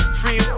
free